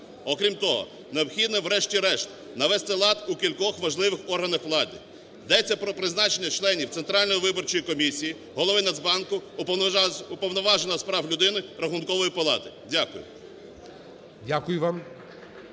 Окрім того, необхідно, врешті-решт, навести лад у кількох важливих органах влади. Йдеться про призначення членів Центральної виборчої комісії, Голови Нацбанку, Уповноваженого з прав людини, Рахункової палати. Дякую.